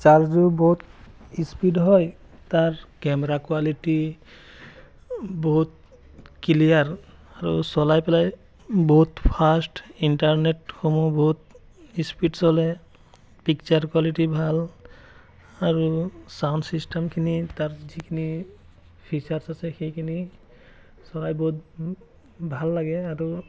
চাৰ্জো বহুত স্পীড হয় তাৰ কেমেৰা কোৱালিটি বহুত ক্লিয়াৰ আৰু চলাই পেলাই বহুত ফাষ্ট ইণ্টাৰনেটসমূহ বহুত স্পিড চলে পিক্সাৰ কোৱালিটি ভাল আৰু ছাউণ্ড ছিষ্টেমখিনি তাৰ যিখিনি ফিছাৰ্ছ আছে সেইখিনি চলাই বহুত ভাল লাগে আৰু